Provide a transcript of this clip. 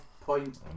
point